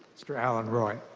mr. allen roy.